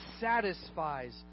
satisfies